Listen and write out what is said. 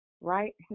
right